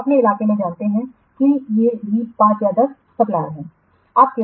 आप अपने इलाके में जानते हैं कि ये भी 5 या 10 सप्लायरहैं